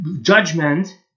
judgment